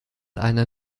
einer